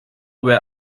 where